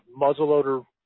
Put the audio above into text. muzzleloader